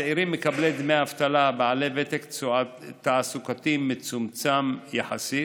1. צעירים מקבלי דמי אבטלה בעלי ותק תעסוקתי מצומצם יחסית,